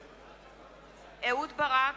בעד אהוד ברק,